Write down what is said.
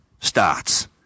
starts